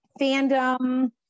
fandom